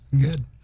Good